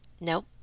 nope